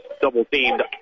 double-teamed